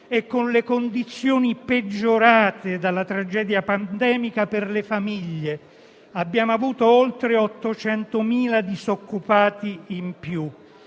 e con le condizioni peggiorate dalla tragedia pandemica per le famiglie. Abbiamo avuto oltre 800.000 disoccupati in più.